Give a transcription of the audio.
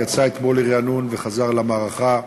יצא אתמול לרענון וחזר למערכה.